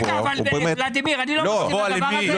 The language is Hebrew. רגע, אבל ולדימיר, אני לא מסכים לדבר הזה.